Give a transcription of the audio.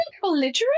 belligerent